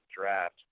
draft